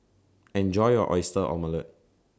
Enjoy your Oyster Omelette